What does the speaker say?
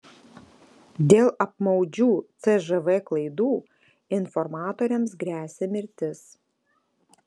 dėl apmaudžių cžv klaidų informatoriams gresia mirtis